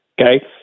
Okay